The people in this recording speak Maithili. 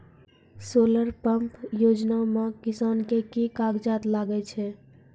सोलर पंप योजना म किसान के की कागजात लागै छै?